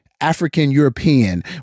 African-European